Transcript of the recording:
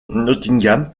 nottingham